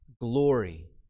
glory